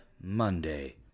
Monday